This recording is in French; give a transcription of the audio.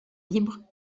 libres